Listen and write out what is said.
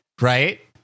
right